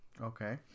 Okay